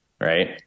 right